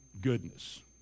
Goodness